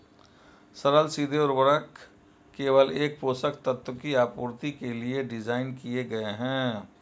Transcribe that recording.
सरल सीधे उर्वरक केवल एक पोषक तत्व की आपूर्ति के लिए डिज़ाइन किए गए है